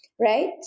right